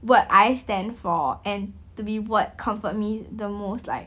what I stand for and to be what comfort me the most like